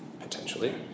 potentially